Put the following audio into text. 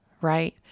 right